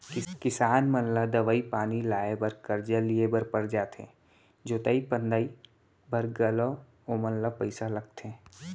किसान मन ला दवई पानी लाए बर करजा लिए बर पर जाथे जोतई फंदई बर घलौ ओमन ल पइसा लगथे